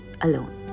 alone